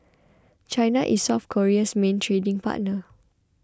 China is South Korea's main trading partner